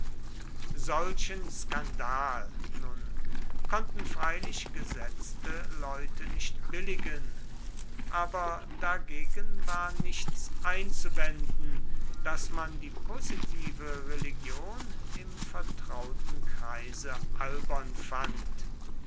solchen skandal nun konnten freilich gesetzte leute nicht billigen aber dagegen war nichts einzuwenden daß man die positive religion im vertrauten kreise albern fand